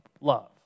love